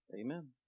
Amen